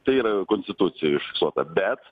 tai yra konstitucijoj užfiksuota bet